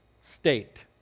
state